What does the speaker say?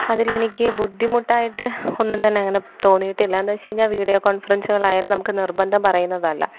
അതിലെനിക്ക് ബുദ്ധിമുട്ടായിട്ട് ഒന്നും തന്നെ അങ്ങനെ തോന്നിയിട്ടില്ല എന്നു വെച്ചു കഴിഞ്ഞാൽ വീഡിയോ കോൺഫറൻസുകളായാലും നമുക്ക് നിർബന്ധം പറയുന്നതല്ല